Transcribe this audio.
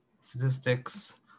Statistics